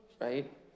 Right